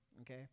okay